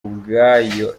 ubwayo